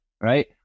right